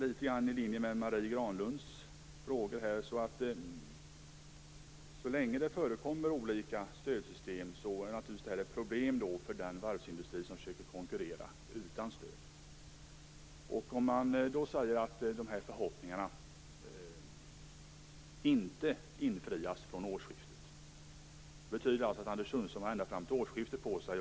Precis som Marie Granlund sade vill jag säga att så länge det förekommer olika stödsystem är det ett problem för den varvsindustri som försöker konkurrera utan stöd. Anders Sundström har alltså tiden fram till årsskiftet på sig.